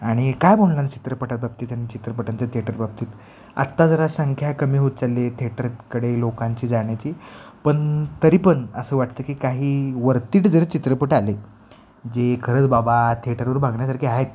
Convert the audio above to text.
आणि काय बोलणार चित्रपटाबाबतीत आणि चित्रपटांच्या थिएटरबाबतीत आत्ता जरा संख्या कमी होत चालली आहे थेटरकडे लोकांची जाण्याची पण तरी पण असं वाटतं की काही वरतीट जर चित्रपट आले जे खरंच बाबा थेटरवर बघण्यासारखे आहेत